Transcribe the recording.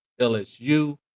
LSU